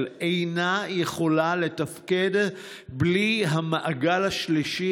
אינה יכולה לתפקד בלי המעגל השלישי,